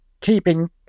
keeping